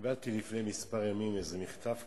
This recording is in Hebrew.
קיבלתי לפני כמה ימים איזה מכתב קצר.